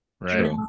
right